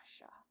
Russia